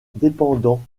dépendant